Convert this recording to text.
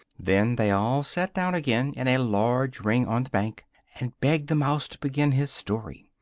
then they all sat down again in a large ring on the bank, and begged the mouse to begin his story.